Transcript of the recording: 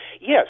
Yes